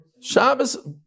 Shabbos